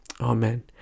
amen